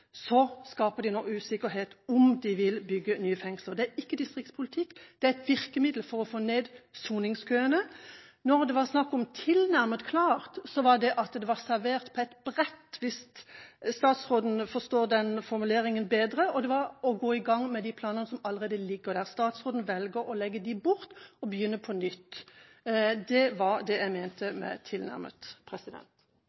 skaper de nå usikkerhet om hvorvidt de vil bygge nye fengsler. Det er ikke distriktspolitikk, det er et virkemiddel for å få ned soningskøene. Når det var snakk om at det er «tilnærmet» klart, betyr det at det er servert på et brett – hvis statsråden forstår den formuleringen bedre – det er bare å gå i gang med de planene som allerede ligger der. Statsråden velger å legge dem bort og begynne på nytt. Det var det jeg